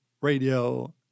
radio